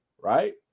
right